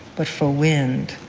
but for wind.